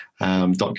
dot